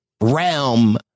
realm